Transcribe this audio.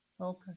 Okay